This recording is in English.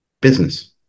business